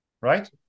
right